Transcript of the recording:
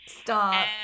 Stop